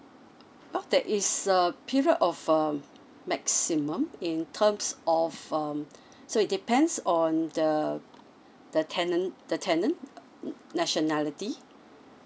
orh there is uh period of um maximum in terms of um so it depends on the the tenant the tenant err nationality